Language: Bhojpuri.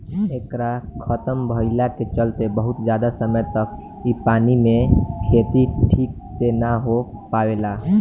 एकरा खतम भईला के चलते बहुत ज्यादा समय तक इ पानी मे के खेती ठीक से ना हो पावेला